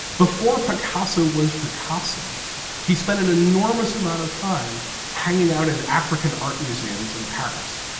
before picasso was picasso he spent an enormous amount of time hanging out in african art museums in paris.